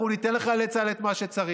אנחנו ניתן לחיילי צה"ל את מה שצריך,